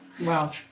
Wow